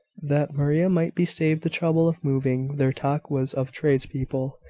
that maria might be saved the trouble of moving, their talk was of tradespeople,